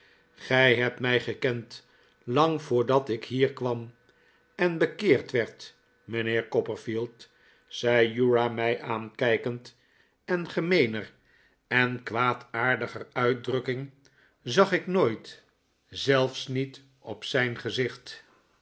gij hebt mij gekend lang voordat ik hier kwam en bekeerd werd mijnheer copperfield zei uriah mij aankijkend en gemeener en kwaadaardiger uitdrukking zag ik nooit zelfs niet op zijn gezicht